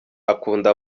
akunda